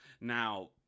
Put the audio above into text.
now